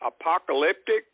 apocalyptic